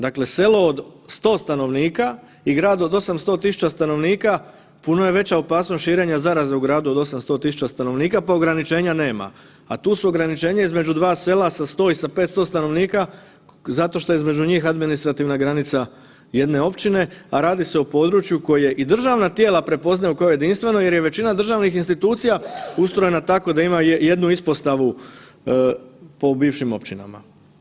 Dakle, selo od 100 stanovnika i grad od 800 000 stanovnika puno je veća opasnost od širenja zaraze u gradu od 800 000 stanovnika, pa ograničenja nema, a tu su ograničenja između dva sela sa 100 i sa 500 stanovnika zato što je između njih administrativna granica jedne općine, a radi se o području koje i državna tijela prepoznaju kao jedinstveno jer je većina državnih institucija ustrojena tako da ima jednu ispostavu po bivšim općinama.